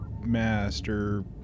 Master